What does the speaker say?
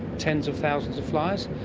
tens of thousands of flies?